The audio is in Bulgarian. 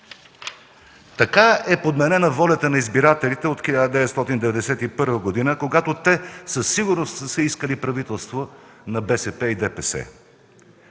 Така е подменена волята на избирателите от 1991 г., когато те със сигурност не са искали правителство на БСП и ДПС.